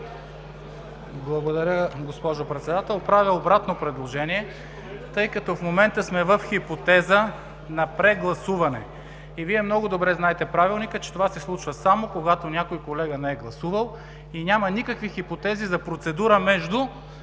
Благодаря, госпожо Председател. Правя обратно предложение, тъй като в момента ние сме в хипотеза на прегласуване и Вие много добре знаете Правилника, а това се случва, само когато някой колега не е гласувал и няма никакви хипотези за процедура между